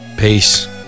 peace